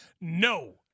no